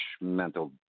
mental